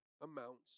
amounts